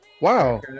Wow